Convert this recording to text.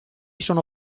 sono